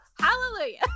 hallelujah